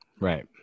Right